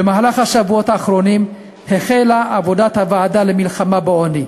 במהלך השבועות האחרונים החלה עבודת הוועדה למלחמה בעוני.